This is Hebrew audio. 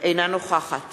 אינה נוכחת